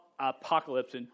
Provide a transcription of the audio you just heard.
apocalypse